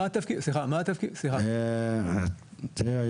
אני מודה לך תומר,